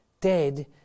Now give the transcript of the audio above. dead